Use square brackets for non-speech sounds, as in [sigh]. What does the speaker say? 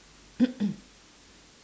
[coughs]